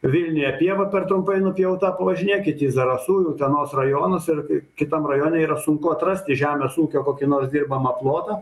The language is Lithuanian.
vilniuje pieva per trumpai nupjauta pavažinėkit zarasų į utenos rajonus ir kitam rajone yra sunku atrasti žemės ūkio kokį nors dirbamą plotą